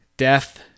death